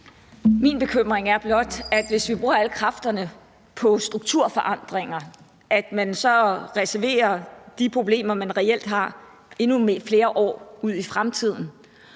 Min bekymring er blot, at vi, hvis vi bruger alle kræfterne på strukturforandringer, så reserverer de problemer, man reelt har, til et tidspunkt endnu flere år ud i fremtiden.